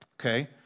okay